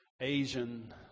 Asian